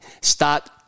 Start